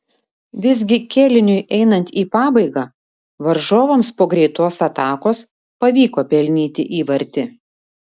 visgi kėliniui einant į pabaigą varžovams po greitos atakos pavyko pelnyti įvartį